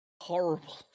horrible